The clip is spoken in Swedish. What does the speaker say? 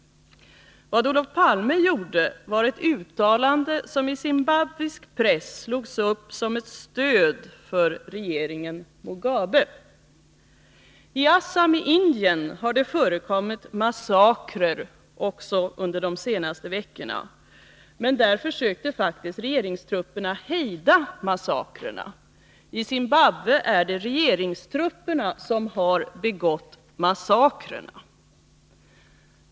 Vad Olof Palme gjorde var ett uttalande som i zimbabwisk press togs upp som ett stöd för regeringen Mugabe. I Assam i Indien har det också förekommit massakrer under de senaste veckorna. Där försökte faktiskt regeringstrupperna hejda massakrerna. I Zimbabwe är det regeringstrupperna som har begått massakrerna.